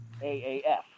AAF